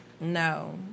No